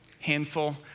Handful